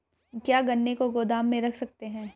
क्या गन्ने को गोदाम में रख सकते हैं?